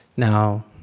now,